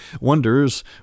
wonders